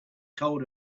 told